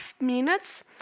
minutes